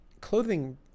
clothing